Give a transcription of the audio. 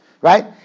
Right